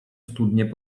studnie